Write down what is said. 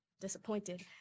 disappointed